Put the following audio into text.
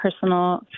personal